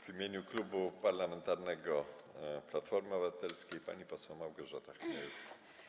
W imieniu Klubu Parlamentarnego Platformy Obywatelskiej - pani poseł Małgorzata Chmiel.